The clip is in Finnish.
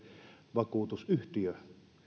vakuutusyhtiö